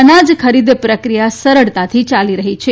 અનાજ ખરીદ પ્રક્રિયા સરળતાથી યાલી રહી છે